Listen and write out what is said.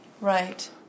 Right